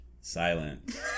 Silent